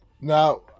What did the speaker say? Now